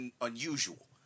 unusual